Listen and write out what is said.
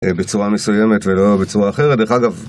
אה, בצורה מסוימת ולא בצורה אחרת, דרך אגב